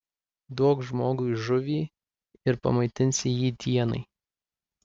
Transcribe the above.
duok žmogui žuvį ir pamaitinsi jį dienai